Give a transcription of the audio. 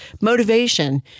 motivation